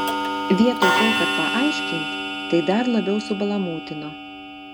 vietoj to kad paaiškint tai dar labiau subalamūtino